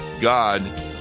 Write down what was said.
God